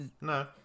No